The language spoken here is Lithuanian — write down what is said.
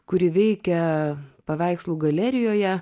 kuri veikia paveikslų galerijoje